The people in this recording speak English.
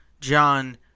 John